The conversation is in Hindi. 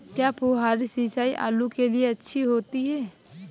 क्या फुहारी सिंचाई आलू के लिए अच्छी होती है?